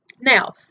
Now